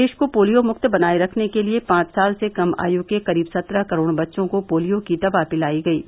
देश को पोलियो मुक्त बनाये रखने के लिए पांच साल से कम आयु के करीब सत्रह करोड़ बच्चों को पोलियो की दवा दिलाई जाएगी